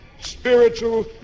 spiritual